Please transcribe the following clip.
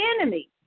enemy